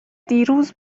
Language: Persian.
دیروز